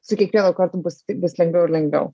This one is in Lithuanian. su kiekvienu kartu bus tik bus lengviau ir lengviau